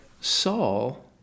Saul